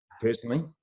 personally